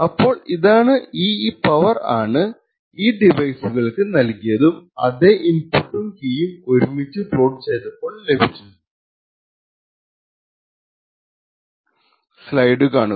അപ്പോൾ ഇതാണ് ഈ പവർ ആണ് ഈ ഡിവൈസുകൾക്ക് നൽകിയതും അതേ ഇൻപുട്ടും കീയും ഒരുമിച്ചു പ്ലോട്ട് ചെയ്തപ്പോൾ ലഭിച്ചതും